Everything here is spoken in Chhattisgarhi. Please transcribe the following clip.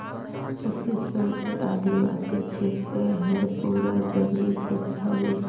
छत्तीसगढ़ कर आदिवासी छेत्र हर पूरा जंगली छेत्र हवे